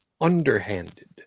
underhanded